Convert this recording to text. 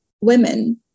women